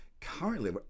currently